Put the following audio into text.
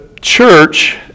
church